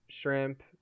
shrimp